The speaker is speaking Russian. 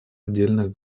отдельных